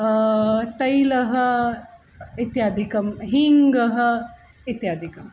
तैलम् इत्यादिकं हीङ्गः इत्यादिकम्